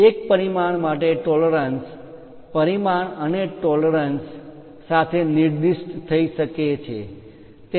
એક પરિમાણ માટે ટોલરન્સ પરિમાણ માં માન્ય તફાવત પરિમાણ અને ટોલરન્સ પરિમાણ માં માન્ય તફાવત સાથે નિર્દિષ્ટ થઈ શકે છે